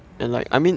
!huh! legit